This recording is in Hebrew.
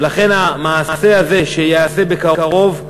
ולכן המעשה הזה שייעשה בקרוב,